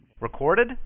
Recorded